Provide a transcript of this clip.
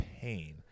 pain